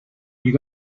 you